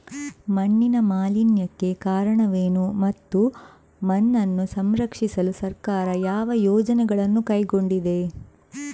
ಮಣ್ಣಿನ ಮಾಲಿನ್ಯಕ್ಕೆ ಕಾರಣವೇನು ಮತ್ತು ಮಣ್ಣನ್ನು ಸಂರಕ್ಷಿಸಲು ಸರ್ಕಾರ ಯಾವ ಯೋಜನೆಗಳನ್ನು ಕೈಗೊಂಡಿದೆ?